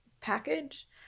package